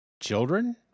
Children